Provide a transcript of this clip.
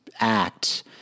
act